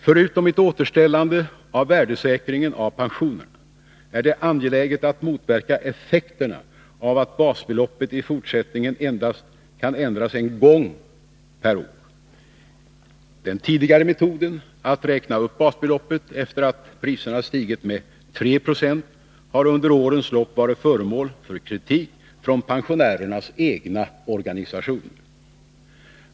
Förutom att återställa värdesäkringen av pensionerna är det angeläget att motverka effekterna av att basbeloppet i fortsättningen kan ändras endast en gång per år. Den tidigare metoden att räkna upp basbeloppet efter det att priserna stigit med 3 26 har under årens lopp varit föremål för kritik från pensionärernas organisationer.